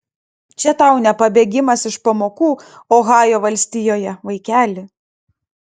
čia tau ne pabėgimas iš pamokų ohajo valstijoje vaikeli